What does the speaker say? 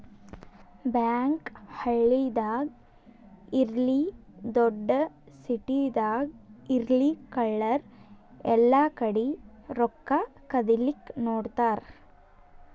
bank ಹಳ್ಳಿದಾಗ್ ಇರ್ಲಿ ದೊಡ್ಡ್ ಸಿಟಿದಾಗ್ ಇರ್ಲಿ ಕಳ್ಳರ್ ಎಲ್ಲಾಕಡಿ ರೊಕ್ಕಾ ಕದಿಲಿಕ್ಕ್ ನೋಡ್ತಾರ್